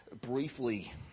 briefly